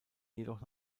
jedoch